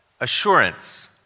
assurance